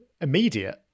immediate